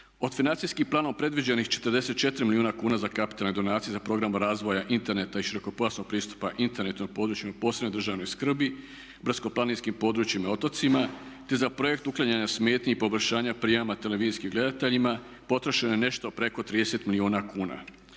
Od financijskim planom predviđenim 44 milijuna kuna za kapitalne donacije za program razvoja interneta i širokopojasnog pristupa internetu na područjima posebne državne skrbi, brdsko-planinskim područjima i otocima, te za projekt uklanjanja smetnji i poboljšanja prijama televizijskim gledateljima potrošeno je nešto preko 30 milijuna kuna.